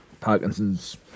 Parkinson's